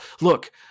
look